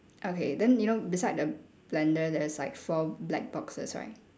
okay then you know beside the blender there's like four black boxes right